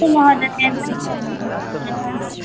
अस्तु महोदय धन्यवादः